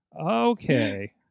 Okay